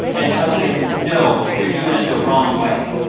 and tells him, no, you're doing it the wrong way.